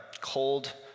cold